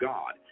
God